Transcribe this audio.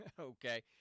Okay